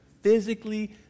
physically